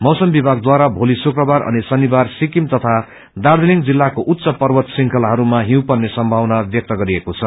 मौसम विभागद्वारा भोसी शुक्रबार अनि शनिवार सिक्किम तथा दार्जीलिङ जिल्ताको उच्च पर्वत श्रेखलाइस्मा हिउँ पर्ने सम्मावना व्यक्त गरिएको छ